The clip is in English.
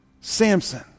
Samson